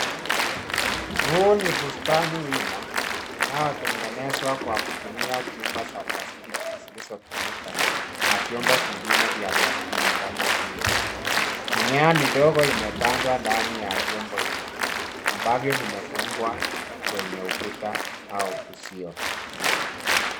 Huu ni bustani wima inayotengenezwa kwa kutumia plastiki zilizo tumika na vyombo vingine vya plastiki kama vyungu. Mimea midogo imepandwa ndani ya vyombo hivi ambavyo vimefungwa kwenye ukuta au uzio.